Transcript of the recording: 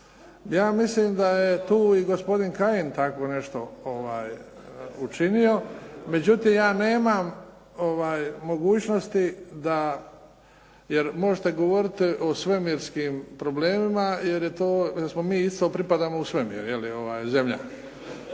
Ja mislim da je tu i gospodin Kajin takvo nešto učinio. Međutim, ja nemam mogućnosti da jer možete govoriti o svemirskim problemima jer je to, jer mi isto pripadamo u svemir zemlja.